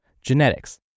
genetics